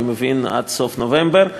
אני מבין שעד סוף נובמבר,